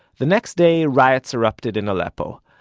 the next day, riots erupted in aleppo.